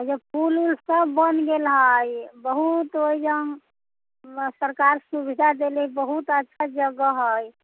जे पुल उल सब बनि गेल हइ बहुत ओइजे सरकार सुविधा देले बहुत अच्छा जगह हइ